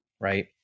right